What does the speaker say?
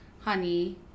honey